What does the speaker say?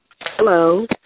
Hello